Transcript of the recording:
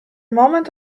moment